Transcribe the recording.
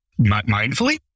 mindfully